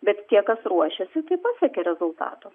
bet tie kas ruošiasi tai pasiekia rezultatų